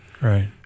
right